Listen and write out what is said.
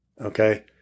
Okay